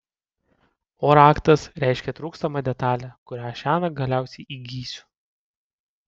o raktas reiškia trūkstamą detalę kurią šiąnakt galiausiai įgysiu